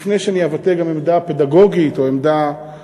לפני שאני אבטא גם עמדה פדגוגית או עמדה,